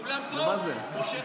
מושך.